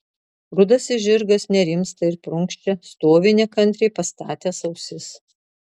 rudasis žirgas nerimsta ir prunkščia stovi nekantriai pastatęs ausis